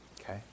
Okay